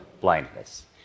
blindness